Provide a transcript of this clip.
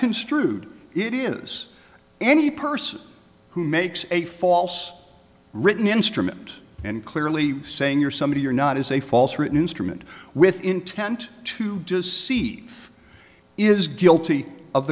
construed it is any person who makes a false written instrument and clearly saying you're somebody you're not is a false written instrument with intent to deceive is guilty of